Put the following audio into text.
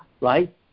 right